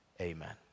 Amen